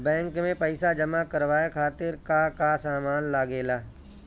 Bank में पईसा जमा करवाये खातिर का का सामान लगेला?